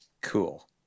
Cool